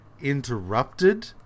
interrupted